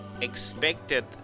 expected